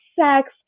sex